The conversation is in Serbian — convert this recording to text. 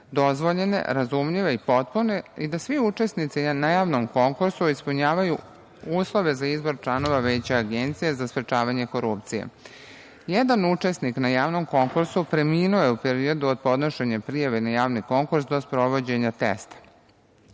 dozvoljene, razumljive i potpune i da svi učesnici na javnom konkursu ispunjavaju uslove za izbor članova Veća Agencije za sprečavanje korupcije. Jedan učesnik na javnom konkursu preminuo je u periodu od podnošenja prijave na javni konkurs do sprovođenja